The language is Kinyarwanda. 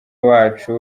wacu